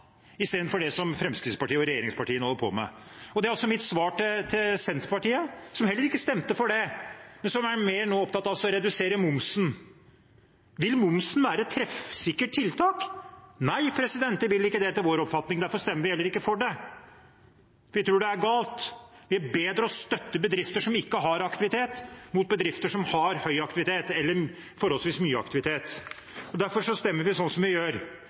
også mitt svar til Senterpartiet, som heller ikke stemte for det, men som nå er mer opptatt av å redusere momsen. Vil redusert moms være et treffsikkert tiltak? Nei, det vil det ikke, etter vår oppfatning, og derfor stemmer vi heller ikke for det. Vi tror det er galt. Det er bedre å støtte bedrifter som ikke har aktivitet, enn bedrifter som har høy aktivitet eller forholdsvis høy aktivitet. Derfor stemmer vi slik vi gjør. Vi stemmer ikke for momsforslaget. Vi hadde et forslag som